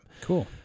Cool